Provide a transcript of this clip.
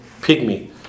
pygmy